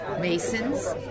masons